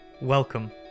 Welcome